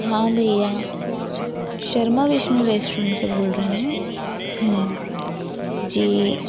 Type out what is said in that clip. हाँ भैया शर्मा विष्णु रेस्टोरेंट से बोल रहे हैं जी